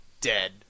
dead